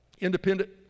Independent